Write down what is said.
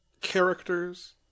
characters